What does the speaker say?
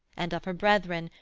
and of her brethren,